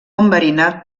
enverinat